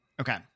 Okay